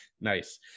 Nice